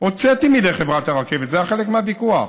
הוצאתי מידי חברת הרכבת, זה היה חלק מהוויכוח,